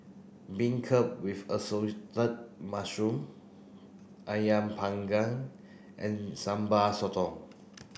beancurd with assorted mushroom Ayam panggang and Sambal Sotong